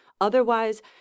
Otherwise